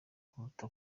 kuruta